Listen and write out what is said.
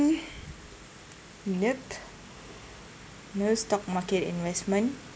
nope no stock market investment